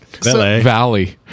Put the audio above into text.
Valley